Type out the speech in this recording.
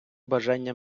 бажання